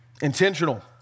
intentional